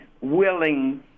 willing